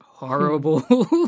horrible